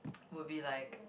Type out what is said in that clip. would be like